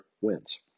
wins